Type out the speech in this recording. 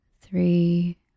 three